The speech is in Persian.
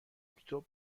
اکتبر